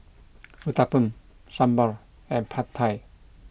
Uthapam Sambar and Pad Thai